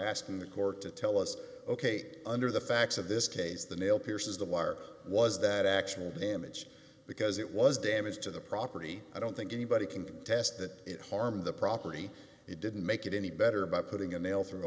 asking the court to tell us ok under the facts of this case the nail pierces the law or was that actual damage because it was damage to the property i don't think anybody can attest that it harmed the property it didn't make it any better by putting a nail through a